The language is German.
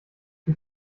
sie